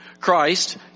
Christ